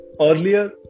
earlier